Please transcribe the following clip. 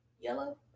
Yellow